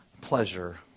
pleasure